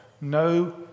no